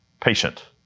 patient